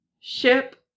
ship